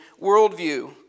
worldview